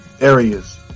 areas